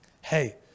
Hey